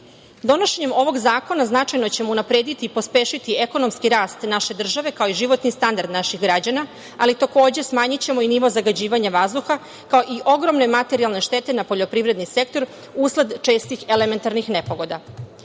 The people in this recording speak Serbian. gas. Donošenjem ovog zakona značajno ćemo unaprediti i pospešiti ekonomski rast naše države, kao i životni standard naših građana, ali takođe smanjićemo i nivo zagađivanja vazduha, kao i ogromne materijalne štete na poljoprivredni sektor usled čestih elementarnih